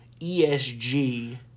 ESG